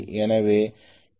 எனவே இது தான் Eb யாக இருக்கும்